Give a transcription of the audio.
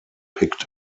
picked